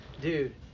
dude